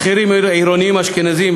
שכירים עירונים אשכנזים,